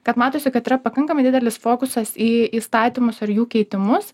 kad matosi kad yra pakankamai didelis fokusas į įstatymus ar jų keitimus